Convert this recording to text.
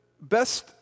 best